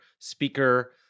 speaker